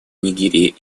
нигерии